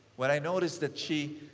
when i noticed that she,